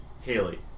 Haley